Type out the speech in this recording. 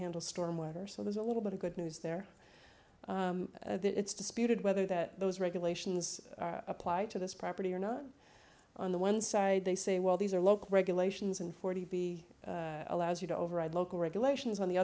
handle storm water so there's a little bit of good news there that it's disputed whether that those regulations apply to this property or not on the one side they say well these are local regulations and forty b allows you to override local regulations on the